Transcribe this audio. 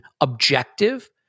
objective